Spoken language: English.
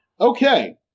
Okay